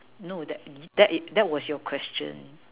no that that that was your question